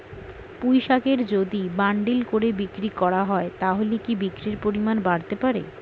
পুঁইশাকের যদি বান্ডিল করে বিক্রি করা হয় তাহলে কি বিক্রির পরিমাণ বাড়তে পারে?